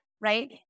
right